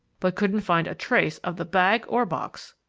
but couldn't find a trace of the bag or box.